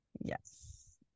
Yes